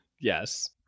Yes